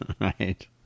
Right